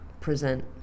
present